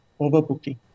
overbooking